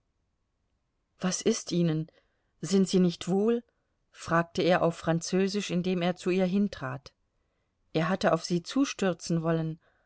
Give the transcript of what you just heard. was ist ihnen sind sie nicht wohl fragte er auf französisch indem er zu ihr hintrat er hatte auf sie zustürzen wollen